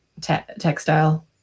textile